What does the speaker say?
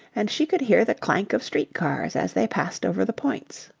and she could hear the clank of street cars as they passed over the points.